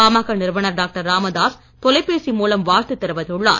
பாமக நிறுவனர் டாக்டர் ராமதாஸ் தொலைபேசி மூலம் வாழ்த்து தெரிவித்துள்ளார்